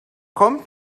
kommt